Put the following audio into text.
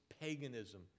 paganism